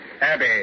Abbey